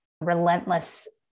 relentless